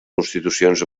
constitucions